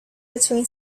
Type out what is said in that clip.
between